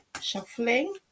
shuffling